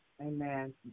Amen